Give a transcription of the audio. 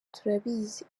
turabizi